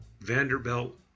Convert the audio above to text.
Vanderbilt